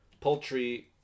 poultry